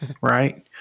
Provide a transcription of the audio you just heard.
right